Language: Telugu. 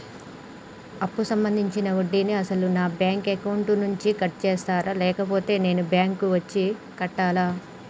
అప్పు సంబంధించిన వడ్డీని అసలు నా బ్యాంక్ అకౌంట్ నుంచి కట్ చేస్తారా లేకపోతే నేను బ్యాంకు వచ్చి కట్టాలా?